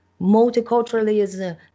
multiculturalism